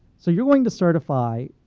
so you're going to certify,